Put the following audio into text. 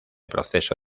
proceso